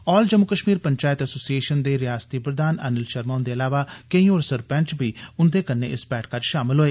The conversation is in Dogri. ऑल जम्मू कश्मीर पंचैत एसोसिएशन दे रिआसती प्रधान अनिल शर्मा हुंदे इलावा कोई होर सरपैंच बी उंदे कन्नै इस बैठका च शामल होए